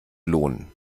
lohnen